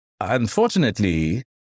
unfortunately